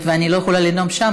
היות שאני לא יכולה לנאום שם,